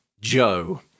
Joe